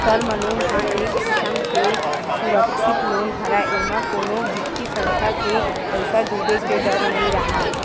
term loan ह एक किसम के सुरक्छित लोन हरय एमा कोनो बित्तीय संस्था के पइसा डूबे के डर नइ राहय